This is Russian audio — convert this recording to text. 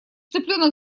цыпленок